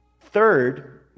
Third